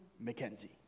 Mackenzie